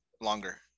longer